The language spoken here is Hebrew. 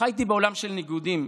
חייתי בעולם של ניגודים: